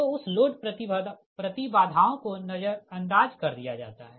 तो उस लोड प्रति बाधाओं को नज़रअंदाज़ कर दिया जाता है